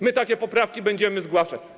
My takie poprawki będziemy zgłaszać.